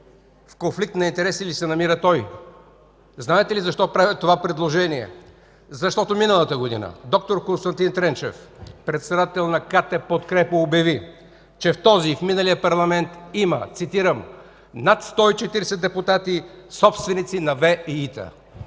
в конфликт на интереси ли се намира той. Знаете ли защо правя това предложение? Защото миналата година д р Константин Тренчев – председател на КТ „Подкрепа”, обяви, че в този и в миналия парламент има „над 140 депутати, собственици на ВЕИ-та”.